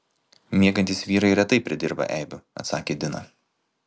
miegantys vyrai retai pridirba eibių atsakė dina